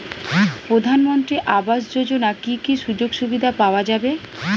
প্রধানমন্ত্রী আবাস যোজনা কি কি সুযোগ সুবিধা পাওয়া যাবে?